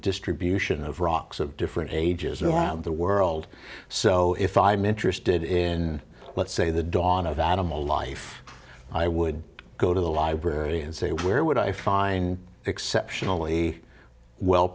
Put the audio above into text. distribution of rocks of different ages around the world so if i'm interested in let's say the dawn of animal life i would go to the library and say where would i find exceptionally well